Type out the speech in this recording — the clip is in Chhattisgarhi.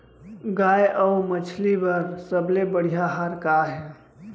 गाय अऊ मछली बर सबले बढ़िया आहार का हे?